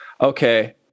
Okay